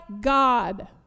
God